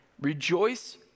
Rejoice